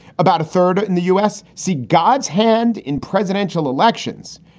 about a third in the us see god's hand in presidential elections.